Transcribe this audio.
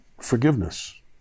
forgiveness